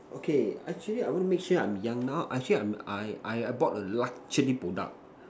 okay actually I want to make sure I'm young now actually I'm I I I bought a luxury product